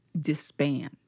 disband